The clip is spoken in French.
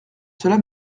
cela